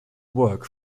work